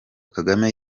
kagame